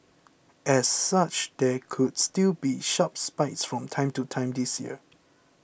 as such there could still be sharp spikes from time to time this year